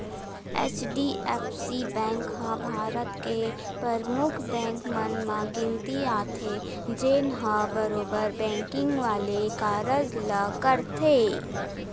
HDFC bank ह भारत के परमुख बेंक मन म गिनती आथे, जेनहा बरोबर बेंकिग वाले कारज ल करथे